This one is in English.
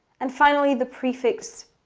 and finally, the prefix,